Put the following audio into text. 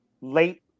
late